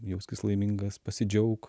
jauskis laimingas pasidžiauk